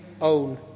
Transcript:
own